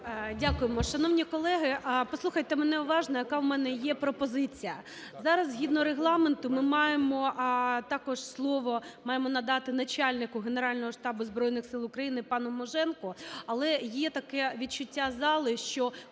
Дякуємо. Шановні колеги, послухайте мене уважно, яка в мене є пропозиція. Зараз, згідно Регламенту, ми маємо також слово маємо надати начальнику Генерального штабу Збройних Сил України пану Муженку. Але є таке відчуття зали, що